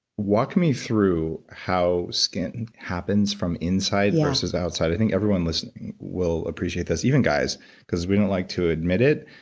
walk me through how skin happens from inside versus the outside. i think everyone listening will appreciate this, even guys because we don't like to admit it,